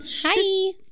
Hi